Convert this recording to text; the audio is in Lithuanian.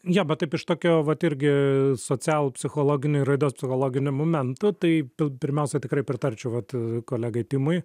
jo bet taip iš tokio vat irgi socialpsichologiniu ir raidos psichologiniu momentu tai pirmiausia tikrai pritarčiau vat kolegai timui